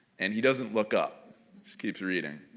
and he doesn't look up, just keeps reading.